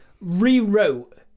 rewrote